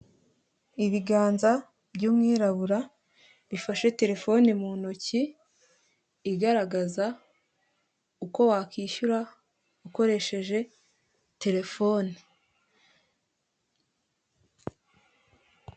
Ibiganza by'umwirabura bifashe telefoni mu ntoki; igaragaza uko wakwishyura ukoresheje telefone.